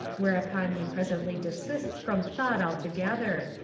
whereupon he presently desists from thought altogether,